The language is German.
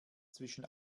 zwischen